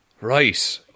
Right